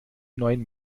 neuen